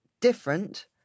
Different